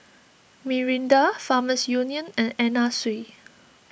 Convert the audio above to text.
Mirinda Farmers Union and Anna Sui